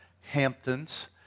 Hamptons